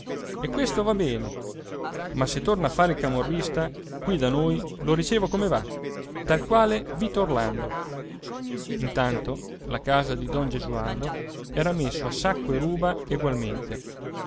e questo va bene ma se torna a fare il camorrista qui da noi lo ricevo come va tal quale vito orlando intanto la casa di don gesualdo era messa a sacco e ruba egualmente